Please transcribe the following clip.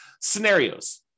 scenarios